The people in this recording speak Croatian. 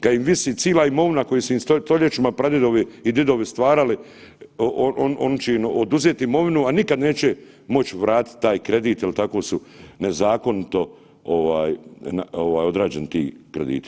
Kad im visi cila imovina koju su im stoljećima pradjedovi i didovi stvarali, oni će im oduzet imovinu, a nikad neće moć vratit taj kredit jer tako su nezakonito odrađeni ti krediti.